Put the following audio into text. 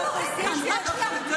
לא לא, אין כאן.